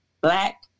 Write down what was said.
black